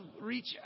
reach